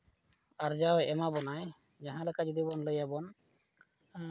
ᱟᱨᱡᱟᱣ ᱮᱢᱟ ᱵᱚᱱᱟᱭ ᱡᱟᱦᱟᱸ ᱞᱮᱠᱟ ᱡᱩᱫᱤᱵᱚᱱ ᱞᱟᱹᱭᱵᱚᱱ